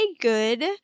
good